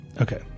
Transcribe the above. Okay